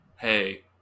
Hey